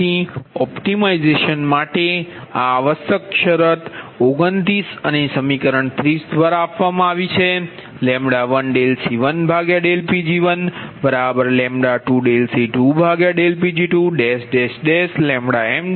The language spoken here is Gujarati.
પછી ઓપ્ટિમાઇઝેશન માટે આ આવશ્યક શરત 29 અને સમીકરણ 30 આપવામાં આવી છે L1dC1dPg1L2dC2dPg2L3dC3dPg3LmdCmdPgmλ આ સમીકરણ 34 છે પરંતુ L11 છે